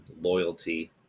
loyalty